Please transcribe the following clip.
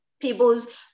People's